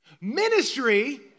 Ministry